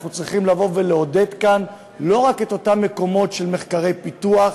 אנחנו צריכים לבוא ולעודד כאן לא רק את אותם מקומות של מחקרי פיתוח,